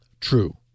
true